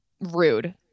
rude